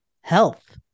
health